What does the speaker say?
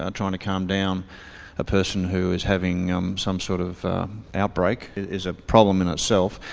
ah trying to calm down a person who is having some sort of outbreak, is a problem in itself.